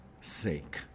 sake